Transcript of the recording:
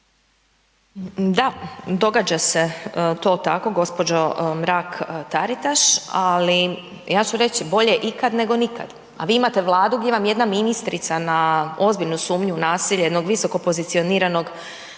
Da, događa se to tako gđo. Mrak Taritaš, ali ja ću reći bolje ikad nego nikad a vi imate Vladu gdje vam jedna ministrica na ozbiljnu sumnju u nasilje jednog visoko pozicioniranog